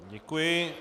Děkuji.